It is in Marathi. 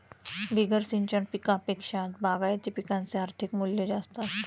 बिगर सिंचन पिकांपेक्षा बागायती पिकांचे आर्थिक मूल्य जास्त असते